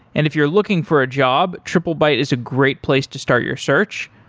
and if you're looking for a job, triplebyte is a great place to start your search.